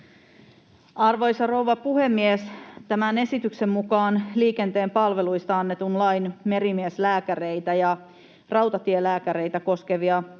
Arvoisa rouva puhemies! Tämän esityksen mukaan liikenteen palveluista annetun lain merimieslääkäreitä ja rautatielääkäreitä koskevia